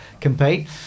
compete